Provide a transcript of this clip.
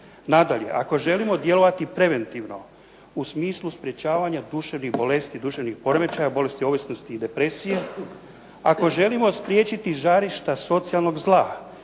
nadalje, ako želimo djelovati preventivno u smislu sprječavanja duševnih bolesti, duševnih poremećaja, bolesti ovisnosti i depresije, ako želimo spriječiti žarišta socijalnog zla,